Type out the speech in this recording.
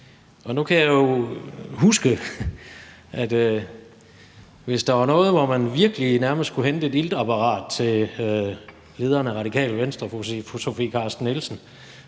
Nu kan jeg jo huske, at hvis der var tidspunkter, hvor man virkelig nærmest skulle hente et iltapparat til lederen af Radikale Venstre, fru Sofie Carsten Nielsen,